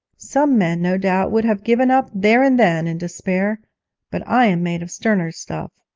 some men, no doubt, would have given up there and then in despair but i am made of sterner stuff,